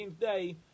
day